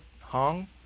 Hong